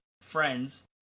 friends